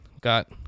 got